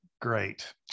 great